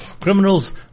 criminals